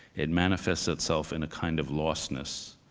it manifests itself in a kind of lostness.